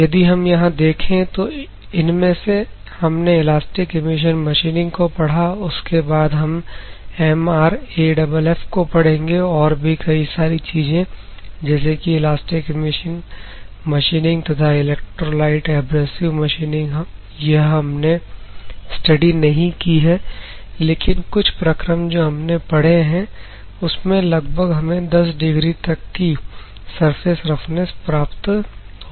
यदि हम यहां देखें तो इनमें से हमने इलास्टिक एमिशन मशीनिंग को पढ़ा और उसके बाद हम MRAFF को पढ़ेंगे और भी कई सारी चीजें जैसे कि इलास्टिक एमिशन मशीनिंग तथा इलेक्ट्रोलाइट एब्रेसिव मशीनिंग यह हमने स्टडी नहीं की है लेकिन कुछ प्रक्रम जो हमने पढ़े हैं उसमें लगभग हमें 10 डिग्री तक की सरफेस रफनेस प्राप्त होती है